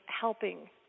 helping